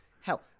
hell